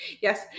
Yes